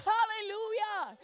Hallelujah